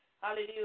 Hallelujah